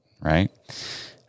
right